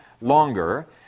longer